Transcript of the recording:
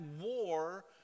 war